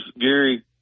Gary